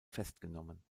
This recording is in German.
festgenommen